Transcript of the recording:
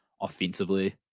offensively